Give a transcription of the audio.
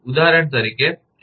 ઉદાહરણ તરીકે એફ